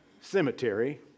cemetery